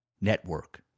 network